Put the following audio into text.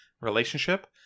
relationship